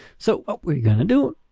so what we're gonna do,